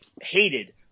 hated